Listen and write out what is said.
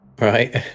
Right